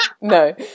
no